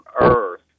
earth